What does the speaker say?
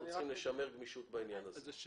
אנחנו צריכים לשמר גמישות בעניין הזה.